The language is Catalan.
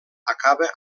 acaba